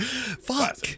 Fuck